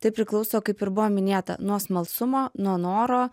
tai priklauso kaip ir buvo minėta nuo smalsumo nuo noro